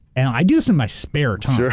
and i do this in my spare time.